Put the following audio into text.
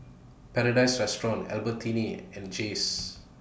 Paradise Restaurant Albertini and Jays